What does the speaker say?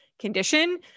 condition